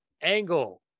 Angle